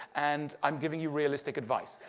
and i'm giving you realistic advice.